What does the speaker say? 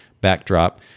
backdrop